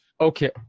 Okay